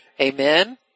Amen